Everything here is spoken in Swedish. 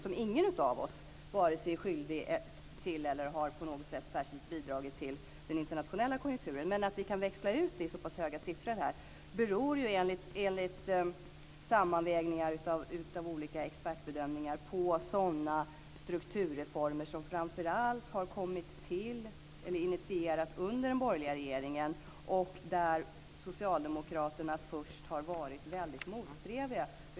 Och ingen av oss är skyldig till eller har på något sätt särskilt bidragit till den internationella konjunkturen. Att vi kan växla ut det i så pass höga siffror beror ju enligt sammanvägningar av olika expertbedömningar på sådana strukturreformer som framför allt har initierats under den borgerliga regeringen och som Socialdemokraterna först har varit väldigt motsträviga till.